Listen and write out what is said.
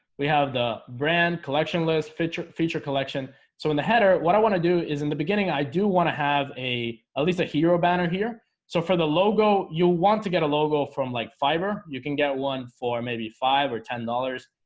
we have the brand collection list feature feature collection so in the header, what i want to do is in the beginning i do want to have a at ah least a hero banner here so for the logo you want to get a logo from like fiber you can get one for maybe five or ten dollars?